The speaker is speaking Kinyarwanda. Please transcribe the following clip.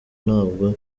ntabwo